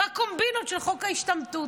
בקומבינות של חוק ההשתמטות.